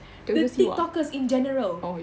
the TikTokers in general